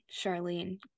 Charlene